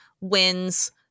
wins